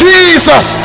Jesus